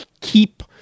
keep